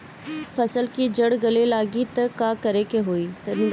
फसल के जड़ गले लागि त का करेके होई तनि बताई?